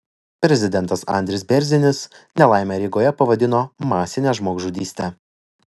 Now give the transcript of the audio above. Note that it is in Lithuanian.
prezidentas andris bėrzinis nelaimę rygoje pavadino masine žmogžudyste